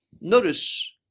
notice